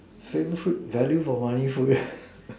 free food value for money food